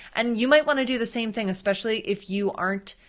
and you might want to do the same thing, especially if you aren't,